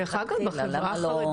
למה לא?